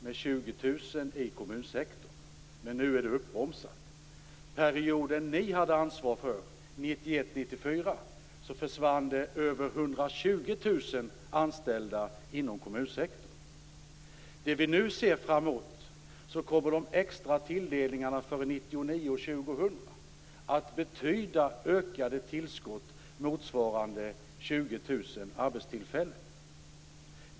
Perioden 1996-1997 minskade antalet sysselsatta med 20 000 i kommunsektorn. Nu är det uppbromsat. Den period ni hade ansvar för Det vi nu ser framöver är att de extra tilldelningarna för 1999-2000 kommer att betyda ökade tillskott motsvarande 20 000 arbetstillfällen.